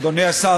אדוני השר,